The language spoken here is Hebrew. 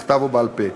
בכתב או בעל-פה,